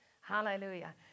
Hallelujah